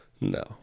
No